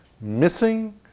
Missing